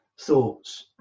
thoughts